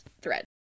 thread